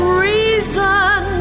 reason